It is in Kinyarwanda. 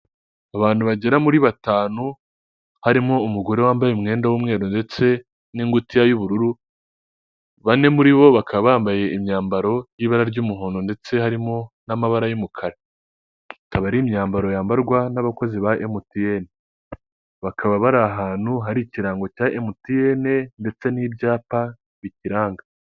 Abantu bagera kuri batanu harimo, umugore wambaye umwenda w'umweru ndetse n'ingutiya y'ubururu, bane muri bo bakaba bambaye imyambaro y'ibara ry'umuhondo ndetse harimo n'amabara y'umukara. Ikaba ari imyambaro yambarwa n'abakozi ba emutiyeni. Bakaba bari ahantu hari ikirango cya emutiyeni, ndetse n'ibyapa bikiranga.